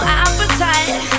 appetite